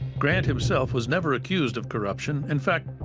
grant himself was never accused of corruption. in fact,